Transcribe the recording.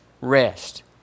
rest